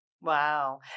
Wow